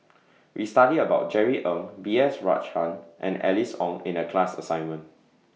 We studied about Jerry Ng B S Rajhans and Alice Ong in The class assignment